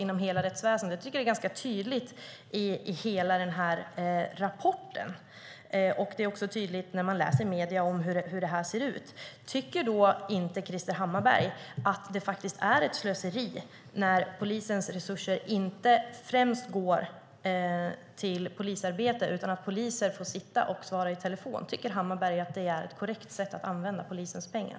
Jag tycker att det är ganska tydligt i hela rapporten, och det blir tydligt när man läser i medier om hur det ser ut. Tycker då inte Krister Hammarbergh att det faktiskt är ett slöseri när polisens resurser inte främst går till polisarbete, utan poliser får sitta och svara i telefon? Tycker Hammarbergh att det är ett korrekt sätt att använda polisens pengar?